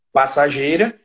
passageira